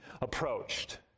approached